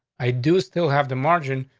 i do still have the margin,